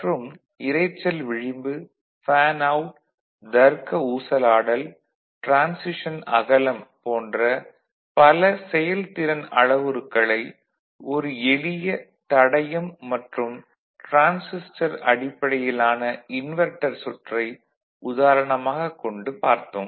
மற்றும் இரைச்சல் விளிம்பு ஃபேன் அவுட் தருக்க ஊசலாடல் டிரான்சிஷன் அகலம் போன்ற பல செயல்திறன் அளவுருக்களை ஒரு எளிய தடையம் மற்றும் டிரான்சிஸ்டர் அடிப்படையிலான இன்வெர்ட்டர் சுற்றை உதாரணமாகக் கொண்டு பார்த்தோம்